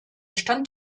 stand